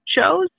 shows